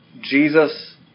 Jesus